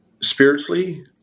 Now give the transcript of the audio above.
spiritually